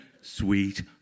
sweet